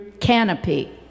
canopy